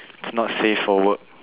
it's not safe for work